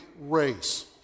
race